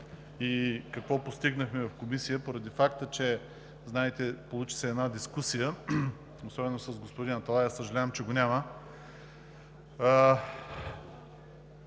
и какво постигнахме в Комисията, поради факта че, знаете, получи се дискусия особено с господин Аталай – съжалявам, че го няма.